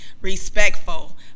respectful